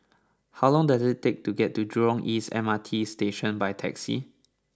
how long does it take to get to Jurong East M R T Station by taxi